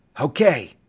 Okay